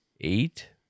eight